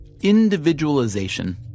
individualization